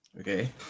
Okay